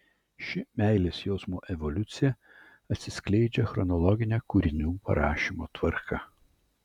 ši meilės jausmo evoliucija atsiskleidžia chronologine kūrinių parašymo tvarka